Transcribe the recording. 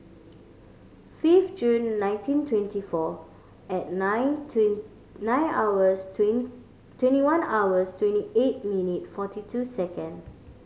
fifth June nineteen twenty four at nine nine hours twenty one hours twenty eight minute forty two second